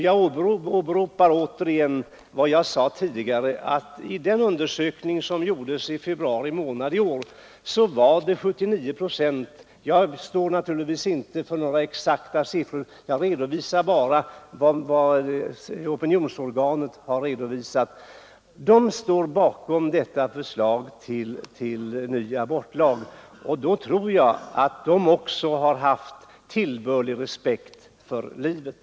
Jag åberopar åter vad jag tidigare sade: Enligt den undersökning som gjordes i februari i år står 79 procent — jag kan naturligtvis inte svara för att dessa siffror är exakta; jag hänvisar bara till vad opinionsorganet har redovisat — bakom detta förslag till ny abortlag. Jag tror att de som har den uppfattningen också har tillbörlig respekt för livet.